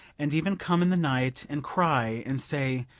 and even come in the night, and cry, and say,